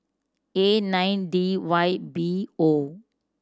A nine D Y B O